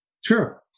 Sure